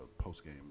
post-game